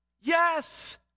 Yes